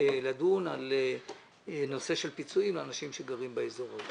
לדון על נושא של פיצויים לאנשים שגרים באזור.